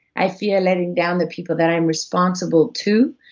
i fear letting down the people that i'm responsible to,